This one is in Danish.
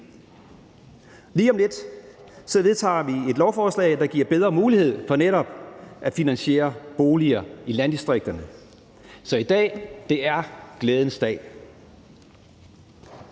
Lige om lidt vedtager vi et lovforslag, der giver bedre mulighed for netop at finansiere boliger i landdistrikterne. Så i dag er en glædens dag.